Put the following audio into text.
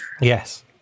Yes